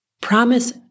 promise